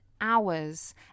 hours